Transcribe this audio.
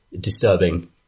disturbing